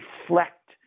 reflect